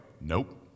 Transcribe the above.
nope